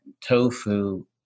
tofu